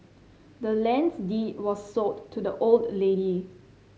the land's deed was sold to the old lady